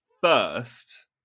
first